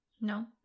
No